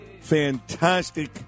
fantastic